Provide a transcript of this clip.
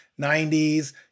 90s